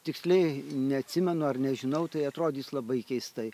tiksliai neatsimenu ar nežinau tai atrodys labai keistai